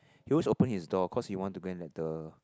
he always open his door cause he want to go and let the